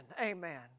amen